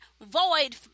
Void